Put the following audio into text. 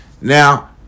Now